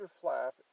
flap